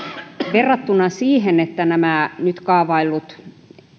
verrattuna siihen että nämä nyt kaavaillut